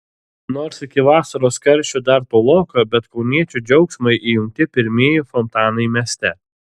nors iki vasaros karščių dar toloka bet kauniečių džiaugsmui įjungti pirmieji fontanai mieste